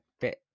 bit